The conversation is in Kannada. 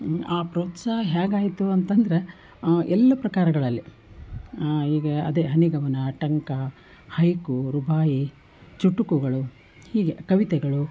ಆ ಪ್ರೋತ್ಸಾಹ ಹೇಗಾಯ್ತು ಅಂತ ಅಂದ್ರೆ ಎಲ್ಲ ಪ್ರಕಾರಗಳಲ್ಲಿ ಹೀಗೆ ಅದೇ ಹನಿಗವನ ಟಂಕ ಹೈಕು ರುಬಾಯಿ ಚುಟುಕುಗಳು ಹೀಗೆ ಕವಿತೆಗಳು